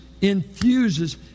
infuses